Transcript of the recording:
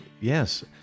Yes